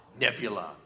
nebula